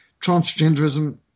transgenderism